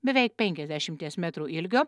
beveik penkiasdešimties metrų ilgio